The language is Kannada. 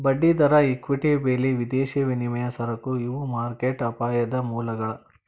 ಬಡ್ಡಿದರ ಇಕ್ವಿಟಿ ಬೆಲಿ ವಿದೇಶಿ ವಿನಿಮಯ ಸರಕು ಇವು ಮಾರ್ಕೆಟ್ ಅಪಾಯದ ಮೂಲಗಳ